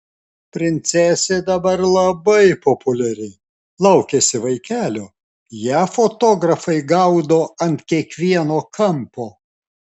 princesė dabar labai populiari laukiasi vaikelio ją fotografai gaudo ant kiekvieno kampo